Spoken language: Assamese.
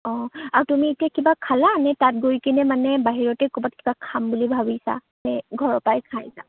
অ আৰু তুমি এতিয়া কিবা খালা নে তাত গৈকেনে মানে বাহিৰতে ক'ৰবাত কিবা খাম বুলি ভাবিছা নে ঘৰৰ পৰাই খাই যাবা